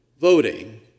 Voting